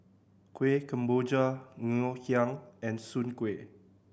Kueh Kemboja Ngoh Hiang and Soon Kueh